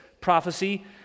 prophecy